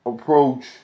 Approach